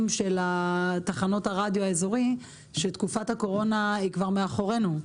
של תחנות הרדיו האזורי שתקופת הקורונה היא כבר מאחורינו.